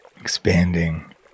expanding